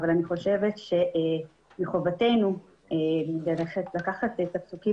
אבל אני חושבת שהיא חובתנו ללכת ולקחת את הפסוק,